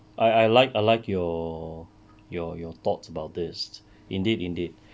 I I like I like your your your thoughts about this indeed indeed